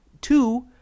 two